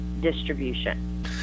distribution